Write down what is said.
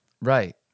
Right